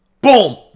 Boom